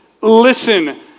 listen